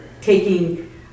taking